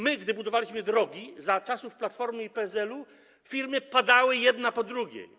My gdy budowaliśmy drogi za czasów Platformy i PSL-u, firmy padały jedna po drugiej.